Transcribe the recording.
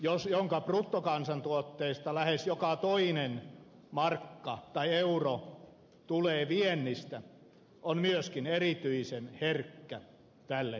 suomi jonka bruttokansantuotteesta lähes joka toinen euro tulee viennistä on myöskin erityisen herkkä tälle tilanteelle